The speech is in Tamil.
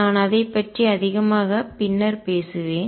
நான் அதைப் பற்றி அதிகமாக பின்னர் பேசுவேன்